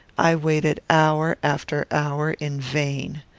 i waited hour after hour in vain.